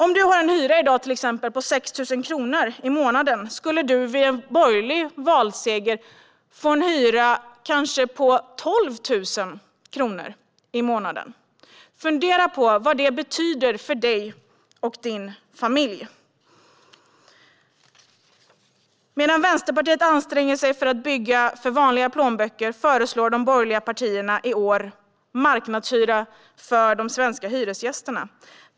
Om du i dag har en hyra på till exempel 6 000 kronor i månaden skulle du vid en borgerlig valseger få en hyra på kanske 12 000 kronor i månaden. Fundera på vad det betyder för dig och din familj! Medan vänsterpartiet anstränger sig för att bygga för vanliga plånböcker föreslår de borgerliga partierna i år marknadshyra för de svenska hyresgästerna.